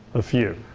a few.